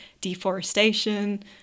deforestation